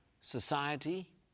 society